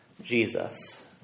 Jesus